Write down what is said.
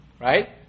right